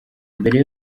mbere